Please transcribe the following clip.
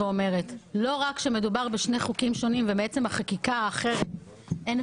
זאת אומרת, אנחנו באים לחקיקה שהיא לא יכולה